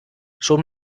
schon